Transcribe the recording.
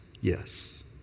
Yes